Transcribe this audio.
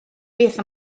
beth